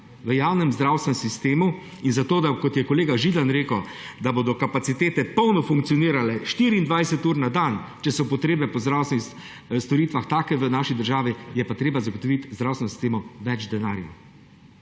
v javnem zdravstvenem sistemu, in kot je kolega Židan rekel, da bodo kapacitete polno funkcionirale 24 ur na dan, če so potrebe po zdravstvenih storitvah take v naši državi, je pa treba zagotoviti zdravstvenemu sistemu več denarja.